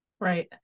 Right